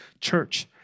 church